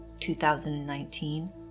2019